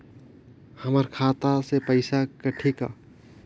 हमर खाता से पइसा कठी का?